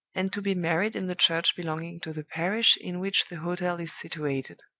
and to be married in the church belonging to the parish in which the hotel is situated.